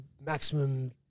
maximum